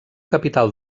capital